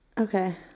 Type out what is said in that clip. Okay